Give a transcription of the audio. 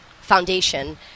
foundation